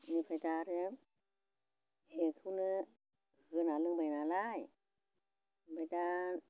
बेनिफ्राय दा आरो बेखौनो होना लोंबाय नालाय ओमफ्राय दा